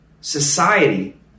society